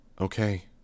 Okay